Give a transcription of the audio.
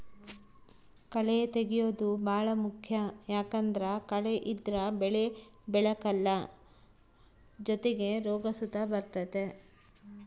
ಕಳೇ ತೆಗ್ಯೇದು ಬಾಳ ಮುಖ್ಯ ಯಾಕಂದ್ದರ ಕಳೆ ಇದ್ರ ಬೆಳೆ ಬೆಳೆಕಲ್ಲ ಜೊತಿಗೆ ರೋಗ ಸುತ ಬರ್ತತೆ